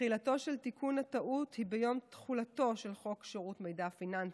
תחילתו של תיקון הטעות היא ביום תחולתו של חוק שירות מידע פיננסי,